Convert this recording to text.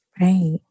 Right